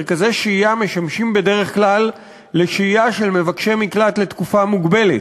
מרכזי שהייה משמשים בדרך כלל לשהייה של מבקשי מקלט לתקופה מוגבלת,